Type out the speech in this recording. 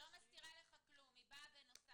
היא לא מסתירה לך כלום, היא באה בנוסף.